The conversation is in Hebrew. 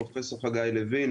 פרופ' חגי לוין,